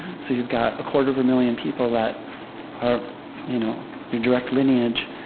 so you've got a quarter of a million people that are you know your direct lineage,